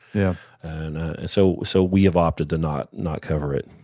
yeah and so so we have opted to not not cover it.